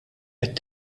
qed